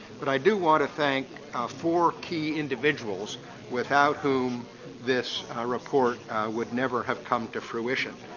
but i do want to thank four key individuals without whom this report would never have come to fruition.